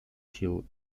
силу